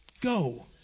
Go